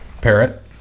parrot